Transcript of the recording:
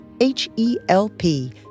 H-E-L-P